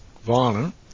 violent